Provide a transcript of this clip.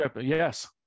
Yes